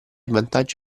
vantaggi